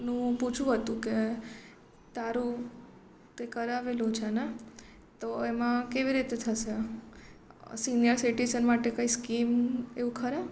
નું પૂછવું હતું કે તારું તે કરાવેલું છે ને તો એમાં કેવી રીતે થશે સિનિયર સિટીઝન માટે કંઈ સ્કીમ એવું ખરા